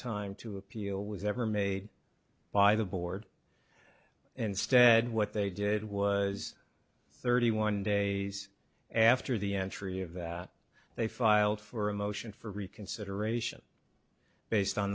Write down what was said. time to appeal was ever made by the board instead what they did was thirty one days after the entry of that they filed for a motion for reconsideration based on